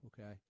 Okay